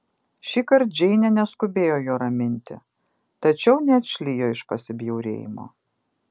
šįkart džeinė neskubėjo jo raminti tačiau neatšlijo iš pasibjaurėjimo